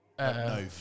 No